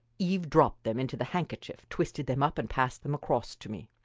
eve dropped them into the handkerchief, twisted them up and passed them across to me.